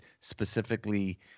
specifically